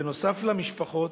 בנוסף למשפחות,